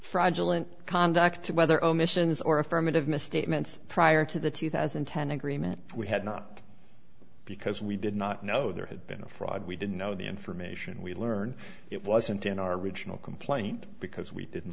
fraudulent conduct whether omissions or affirmative misstatements prior to the two thousand and ten agreement we had not because we did not know there had been a fraud we didn't know the information we learned it wasn't in our original complaint because we didn't